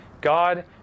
God